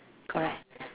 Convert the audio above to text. correct